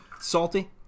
Salty